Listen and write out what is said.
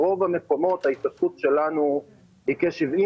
ברוב המקומות ההשתתפות שלנו היא בכ-70